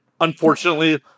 Unfortunately